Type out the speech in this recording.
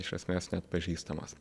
iš esmės neatpažįstamas